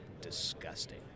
disgusting